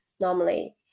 normally